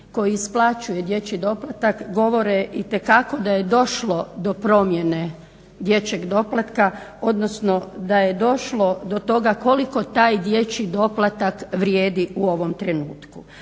koji isplaćuje dječji doplatak govore itekako da je došlo do promjene dječjeg doplatka, odnosno da je došlo do toga koliko taj dječji doplatak vrijedi u ovom trenutku.